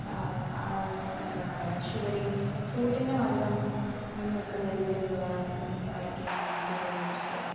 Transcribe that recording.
എന്താ പറയാ ഷുഗറി ഫ്രൂട്ടിൻ്റെ മധുരം മുൻ നിൽക്കുന്ന രീതീയിലുള്ള അരിക്ക് ഞാൻ കൂടുതൽ യൂസ് ചെയ്യുക